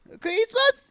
Christmas